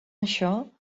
això